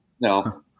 No